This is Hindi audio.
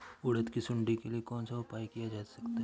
उड़द की सुंडी के लिए कौन सा उपाय किया जा सकता है?